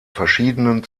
verschiedenen